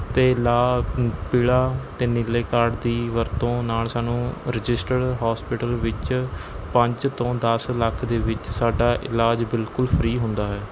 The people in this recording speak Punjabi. ਅਤੇ ਲਾਲ ਪੀਲਾ ਅਤੇ ਨੀਲੇ ਕਾਰਡ ਦੀ ਵਰਤੋਂ ਨਾਲ਼ ਸਾਨੂੰ ਰਜਿਸਟਰਡ ਹੋਸਪੀਟਲ ਵਿੱਚ ਪੰਜ ਤੋਂ ਦਸ ਲੱਖ ਦੇ ਵਿੱਚ ਸਾਡਾ ਇਲਾਜ ਬਿਲਕੁਲ ਫ਼ਰੀ ਹੁੰਦਾ ਹੈ